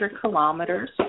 kilometers